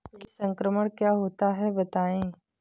कीट संक्रमण क्या होता है बताएँ?